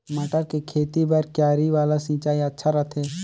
मटर के खेती बर क्यारी वाला सिंचाई अच्छा रथे?